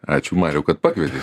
ačiū mariau kad pakvietei